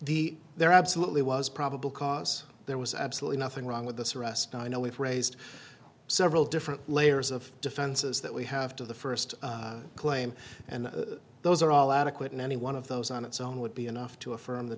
the there absolutely was probable cause there was absolutely nothing wrong with this arrest and i know we've raised several different layers of defenses that we have to the first claim and those are all adequate and any one of those on its own would be enough to affirm the